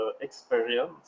experience